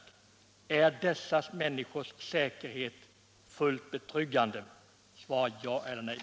Är kärnkraftverken dessa människors säkerhet fullt betryggande? Svara ja eller nej!